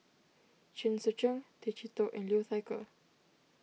Chen Sucheng Tay Chee Toh and Liu Thai Ker